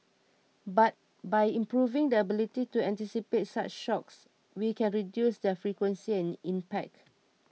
but by improving the ability to anticipate such shocks we can reduce their frequency and impact